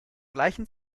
gleichen